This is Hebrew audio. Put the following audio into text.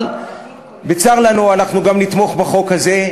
אבל בצר לנו אנחנו גם נתמוך בחוק הזה,